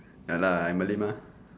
ya lah I malay mah